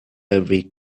every